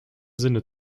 sinne